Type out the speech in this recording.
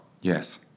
Yes